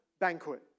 banquet